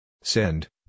Send